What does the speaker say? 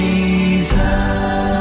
Jesus